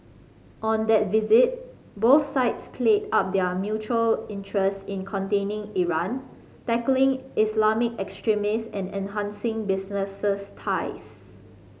on that visit both sides played up their mutual interest in containing Iran tackling Islamic extremist and enhancing businesses ties